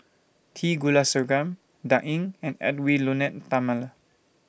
T Kulasekaram Dan Ying and Edwy Lyonet Talma